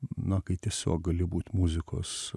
na kai tiesiog gali būt muzikos